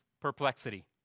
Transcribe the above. perplexity